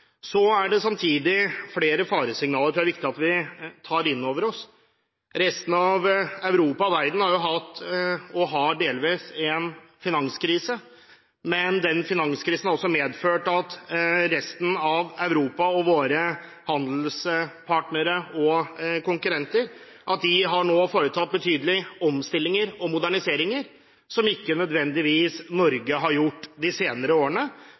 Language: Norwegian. er det samtidig flere faresignaler som det er viktig at vi tar innover oss. Resten av Europa og verden har hatt, og har delvis, en finanskrise. Finanskrisen har også medført at resten av Europa og våre handelspartnere og konkurrenter nå har foretatt betydelige omstillinger og moderniseringer, som ikke nødvendigvis Norge har gjort de senere årene,